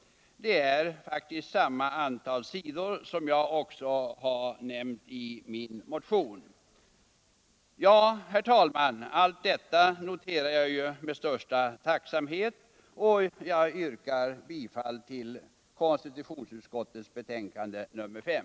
Det är faktiskt samma antal sidor som jag har nämnt i min motion. Herr talman! Allt detta noterar jag med största tacksamhet, och jag yrkar bifall till hemställan i konstitutionsutskottets betänkande nr 5.